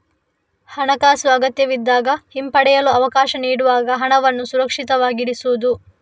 ಹಣಾಕಾಸು ಅಗತ್ಯವಿದ್ದಾಗ ಹಿಂಪಡೆಯಲು ಅವಕಾಶ ನೀಡುವಾಗ ಹಣವನ್ನು ಸುರಕ್ಷಿತವಾಗಿರಿಸುವುದು